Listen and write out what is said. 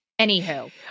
Anywho